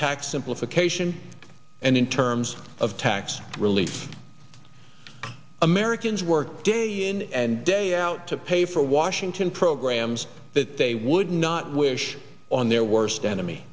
tax simplification and in terms of tax relief americans work day in and day out to pay for washington programs that they would not wish on their worst enemy